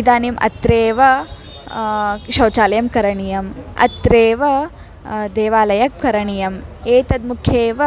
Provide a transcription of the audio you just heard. इदानीम् अत्रैव शौचालयं करणीयम् अत्रैव देवालयं करणीयम् एतन्मुखेव